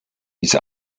diese